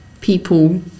people